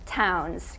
towns